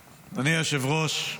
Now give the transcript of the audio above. היושב-ראש,